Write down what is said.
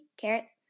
carrots